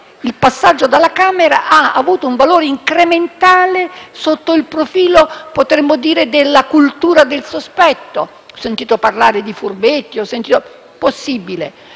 il passaggio alla Camera ha avuto un valore incrementale sotto il profilo della cultura del sospetto: ho sentito parlare di furbetti. È possibile,